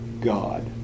God